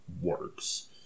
works